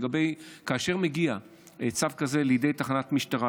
כאשר מגיע צו כזה לידי תחנת משטרה,